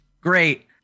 great